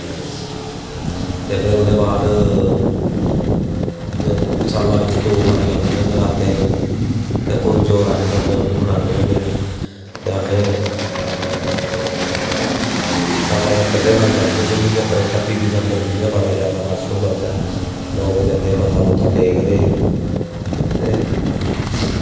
ते फिर ओह्दे बाद सालै दे दौ बारी औंदे न नराते ते पूरजोर अस मनाने होन्ने असें सालै दे इक अद्धी बारी लाई होन्ने चक्कर ते कत्ती दिसंबर गी ते रश होंदा इत्थै ते लोग जंदे ते मत्था टेक्कदे ते